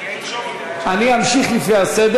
אני אמשיך לפי הסדר.